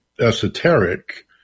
esoteric